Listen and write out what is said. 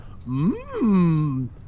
mmm